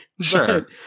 sure